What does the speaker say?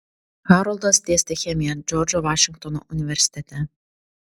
haroldas dėstė chemiją džordžo vašingtono universitete